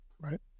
right